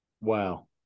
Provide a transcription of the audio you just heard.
Wow